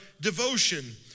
devotion